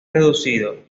reducido